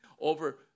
over